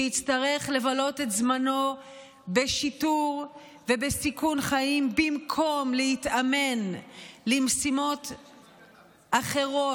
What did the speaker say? שיצטרך לבלות את זמנו בשיטור ובסיכון חיים במקום להתאמן למשימות אחרות,